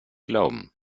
glauben